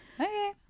Okay